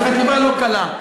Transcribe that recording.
שהיא חטיבה לא קלה.